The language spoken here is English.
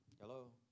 Hello